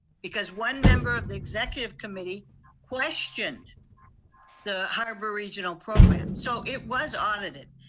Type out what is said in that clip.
because one member of the executive committee questioned the harbor regional program. so it was audited